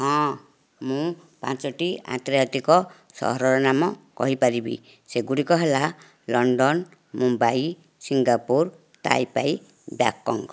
ହଁ ମୁଁ ପାଞ୍ଚଟି ଅନ୍ତର୍ଜାତିକ ସହରର ନାମ କହିପାରିବି ସେଗୁଡ଼ିକ ହେଲା London Mumbai Singapore Taipei Bangkok